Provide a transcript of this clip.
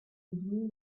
between